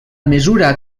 mesura